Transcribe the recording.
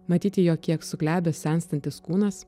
matyti jo kiek suglebęs senstantis kūnas